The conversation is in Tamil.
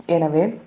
எனவே நாம் Vt 1